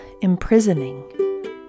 imprisoning